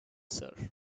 sir